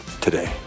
today